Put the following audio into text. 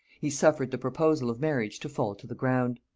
he suffered the proposal of marriage to fall to the ground.